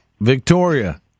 Victoria